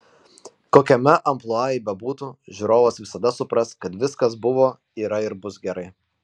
kokiame amplua ji bebūtų žiūrovas visada supras kad viskas buvo yra ir bus gerai